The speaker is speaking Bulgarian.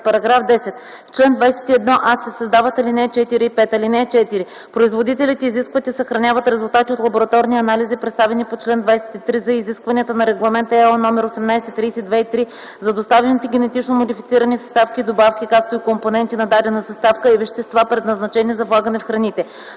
§ 10: „§ 10. В чл. 21а се създават алинеи 4 и 5: „(4) Производителите изискват и съхраняват резултати от лабораторни анализи, представени по чл. 23з и изискванията на Регламент (ЕО) № 1830/2003, за доставените генетично модифицирани съставки и добавки, както и компоненти на дадена съставка, и вещества, предназначени за влагане в храните.